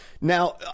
Now